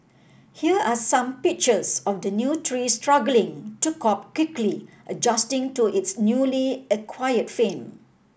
here are some pictures of the new tree struggling to cope quickly adjusting to its newly acquired fame